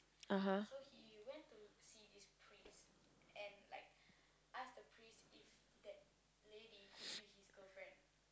(uh huh)